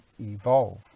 evolve